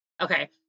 okay